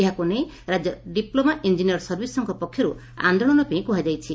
ଏହାକୁ ନେଇ ରାଜ୍ୟ ଡିପ୍ଲୋମା ଇଞିନିୟର ସର୍ଭିସ୍ ସଂଘ ପକ୍ଷର୍ ଆନ୍ଦୋଳନ ପାଇଁ କୁହାଯାଇଛି